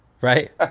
Right